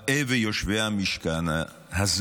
באי ויושבי המשכן הזה